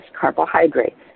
carbohydrates